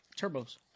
Turbos